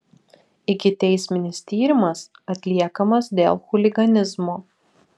ikiteisminis tyrimas atliekamas dėl chuliganizmo